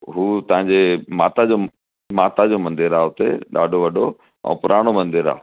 हू तव्हांजे माता जो माता जो मंदरु आहे उते ॾाढो वॾो ऐं पुराणो मंदरु आहे